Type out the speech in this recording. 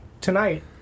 Tonight